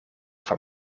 van